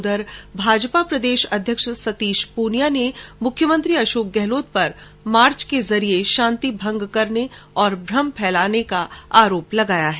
उधर भाजपा प्रदेशाध्यक्ष सतीश पूनिया ने मुख्यमंत्री अशोक गहलोत पर इस मार्च के जरिए शांति भंग करने और भ्रम फैलाने का आरोप लगाया है